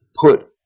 put